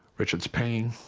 richard's pain